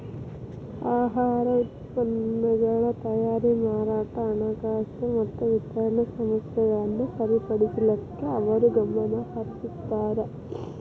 ಆಹಾರ ಉತ್ಪನ್ನಗಳ ತಯಾರಿ ಮಾರಾಟ ಹಣಕಾಸು ಮತ್ತ ವಿತರಣೆ ಸಮಸ್ಯೆಗಳನ್ನ ಸರಿಪಡಿಸಲಿಕ್ಕೆ ಅವರು ಗಮನಹರಿಸುತ್ತಾರ